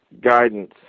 guidance